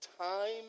time